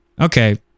Okay